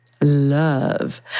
Love